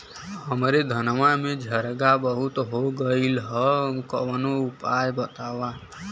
हमरे धनवा में झंरगा बहुत हो गईलह कवनो उपाय बतावा?